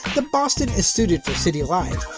the boston is suited for city life.